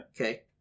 Okay